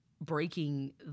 breaking